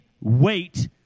wait